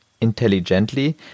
intelligently